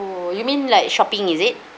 you mean like shopping is it